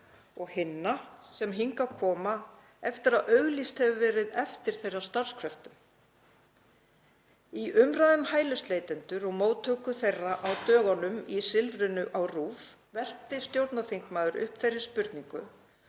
og hinna sem hingað koma eftir að auglýst hefur verið eftir þeirra starfskröftum. Í umræðum um hælisleitendur og móttöku þeirra á dögunum, í Silfrinu á RÚV, velti stjórnarþingmaður upp þeirri spurningu